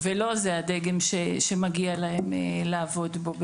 ובוודאי שזה לא הדגם שמגיע להם לעבוד בו.